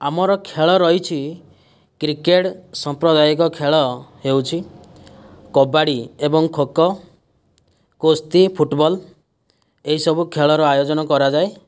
ଆମର ଖେଳ ରହିଛି କ୍ରିକେଟ ସମ୍ପ୍ରଦାୟକ ଖେଳ ହେଉଛି କବାଡ଼ି ଏବଂ ଖୋଖୋ କୁସ୍ତି ଫୁଟବଲ ଏହିସବୁ ଖେଳର ଆୟୋଜନ କରଯାଏ